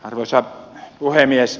arvoisa puhemies